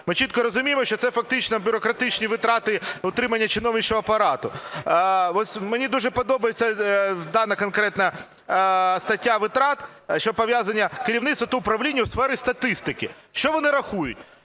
Ми чітко розуміємо, що це фактично бюрократичні витрати на утримання чиновничого апарату. Мені дуже подобається дана конкретна стаття витрат, що пов'язана – керівництво та управління у сфері статистики. Що вони рахують?